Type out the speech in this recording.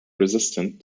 resistant